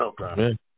Okay